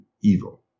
evil